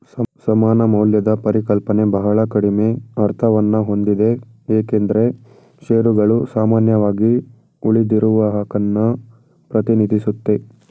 ಸಮಾನ ಮೌಲ್ಯದ ಪರಿಕಲ್ಪನೆ ಬಹಳ ಕಡಿಮೆ ಅರ್ಥವನ್ನಹೊಂದಿದೆ ಏಕೆಂದ್ರೆ ಶೇರುಗಳು ಸಾಮಾನ್ಯವಾಗಿ ಉಳಿದಿರುವಹಕನ್ನ ಪ್ರತಿನಿಧಿಸುತ್ತೆ